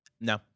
No